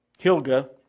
Hilga